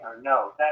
No